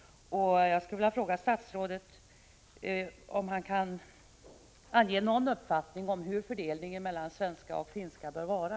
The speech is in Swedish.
Jag skulle vilja fråga statsrådet om han kan ange någon uppfattning om hur fördelningen mellan svenska och finska bör vara.